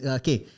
okay